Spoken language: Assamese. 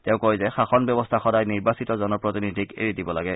তেওঁ কয় যে শাসন ব্যৱস্থা সদায় নিৰ্বাচিত জনপ্ৰতিনিধিক এৰি দিব লাগে